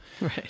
Right